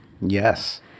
Yes